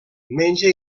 menja